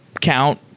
count